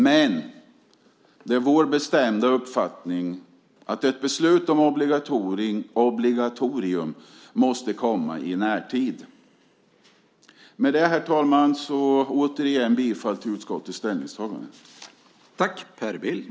Det är dock vår bestämda uppfattning att ett beslut om obligatorium måste komma i närtid. Med detta, herr talman, yrkar jag bifall till utskottets ställningstaganden.